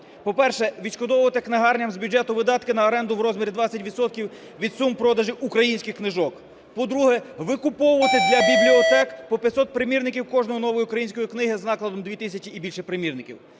По-перше, відшкодовувати книгарням з бюджету видатки на оренду в розмірі 20 відсотків від сум продажів українських книжок. По-друге, викуповувати для бібліотек по 500 примірників кожної нової української книги з накладом 2 тисячі і більше примірників.